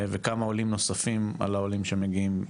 וכמה עולים נוספים על העולים שהגיעו.